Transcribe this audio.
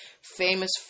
famous